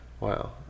wow